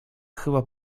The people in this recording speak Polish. chyba